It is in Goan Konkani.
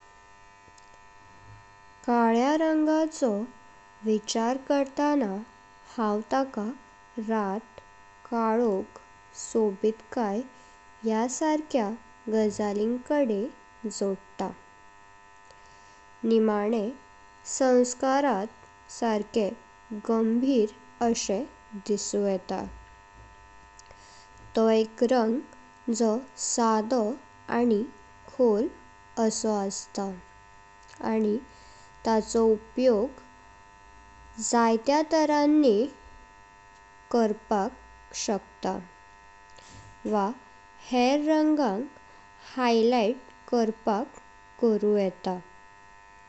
काल्या रंगाचो विचार करताना हाव तका रात, कालोख, सोबितकाय या सारक्या गजाली कदन जोडत। निमाणे संस्कारांत सर्के गंभीर अशे दिसून येतां। तो एक रंग जो साधो आनी खोल आसो अस्त, आनी ताचो उपयोग जित्यातरांनी करपाक शकता वा हेर रंगांक हायलाइट करपाक करू येतां।